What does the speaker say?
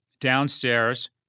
downstairs